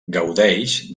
gaudeix